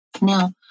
Now